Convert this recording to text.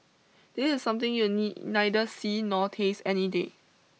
this is something you'll knee neither see nor taste any day